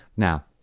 now,